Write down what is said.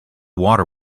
water